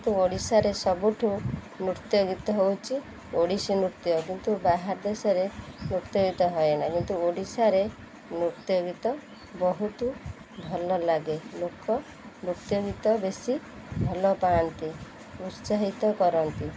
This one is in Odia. କିନ୍ତୁ ଓଡ଼ିଶାରେ ସବୁଠୁ ନୃତ୍ୟ ଗୀତ ହେଉଛି ଓଡ଼ିଶୀ ନୃତ୍ୟ କିନ୍ତୁ ବାହାର ଦେଶରେ ନୃତ୍ୟ ଗୀତ ହୁଏନାହିଁ କିନ୍ତୁ ଓଡ଼ିଶାରେ ନୃତ୍ୟ ଗୀତ ବହୁତ ଭଲ ଲାଗେ ଲୋକ ନୃତ୍ୟ ଗୀତ ବେଶୀ ଭଲ ପାଆନ୍ତି ଉତ୍ସାହିତ କରନ୍ତି